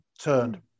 turned